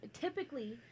typically